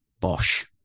Bosh